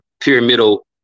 pyramidal